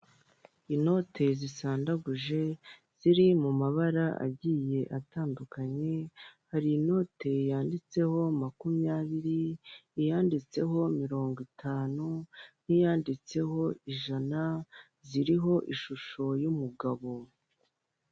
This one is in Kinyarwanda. Inote zisandaguje ziri mu mabara agiye atandukanye, hari inote yanditseho makumyabiri, iyanditseho mirongo itanu, n'iyanditseho ijana, ziriho ishusho y'umugabo.